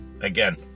again